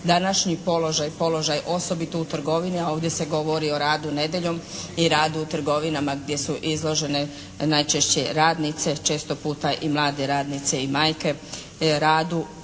današnji položaj, položaj osobito u trgovini, a ovdje se govori o radu nedjeljom i radu u trgovinama gdje su izložene najčešće radnice, često puta i mlade radnice i majke radu